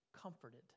comforted